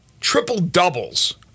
triple-doubles